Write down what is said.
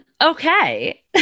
Okay